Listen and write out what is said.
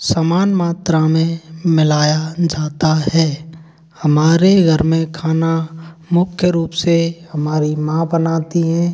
समान मात्रा में मिलाया जाता है हमारे घर में खाना मुख्य रूप से हमारी माँ बनाती हैं